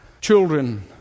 children